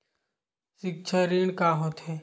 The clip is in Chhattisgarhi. सिक्छा ऋण का होथे?